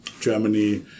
Germany